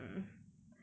um